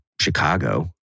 Chicago